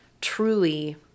truly